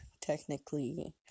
technically